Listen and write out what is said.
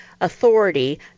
authority